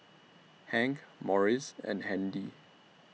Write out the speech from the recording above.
Hank Maurice and Handy